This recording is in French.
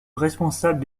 responsable